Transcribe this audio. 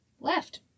left